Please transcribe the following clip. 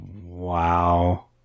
Wow